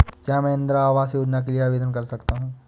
क्या मैं इंदिरा आवास योजना के लिए आवेदन कर सकता हूँ?